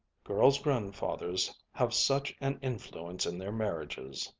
girls' grandfathers have such an influence in their marriages.